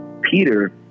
Peter